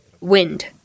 wind